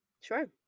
Sure